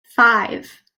five